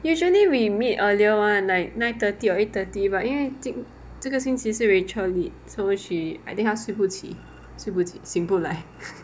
usually we meet earlier [one] like nine thirty or eight thirty but 因为今这个星期是 rachel lead so she I think 她睡不起睡不起醒不来